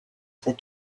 that